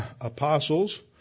apostles